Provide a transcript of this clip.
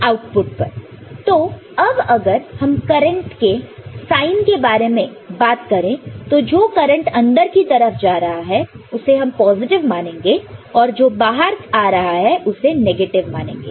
तो तो अब अगर हम करंट के साइन के बारे में बात करें तो जो करंट अंदर की तरफ जा रहा है उसे हम पॉजिटिव मानेंगे और जो बाहर आ रहा है उसे हम नेगेटिव मानेंगे